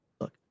Look